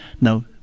Now